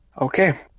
Okay